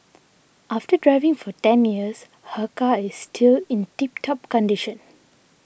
after driving for ten years her car is still in tip top condition